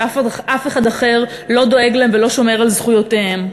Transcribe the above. שאף אחד אחר לא דואג להם ולא שומר על זכויותיהם.